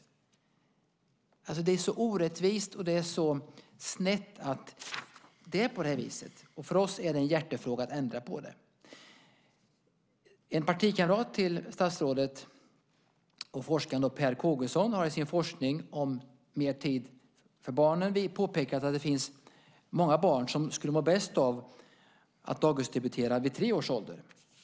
Det är orättvist och snett att det förhåller sig på det viset, och för oss är det en hjärtefråga att ändra på det. En partikamrat till statsrådet, forskaren Per Kågeson, har i sin forskning om mer tid för barnen påpekat att det finns många barn som skulle må bäst av att dagisdebutera vid tre års ålder.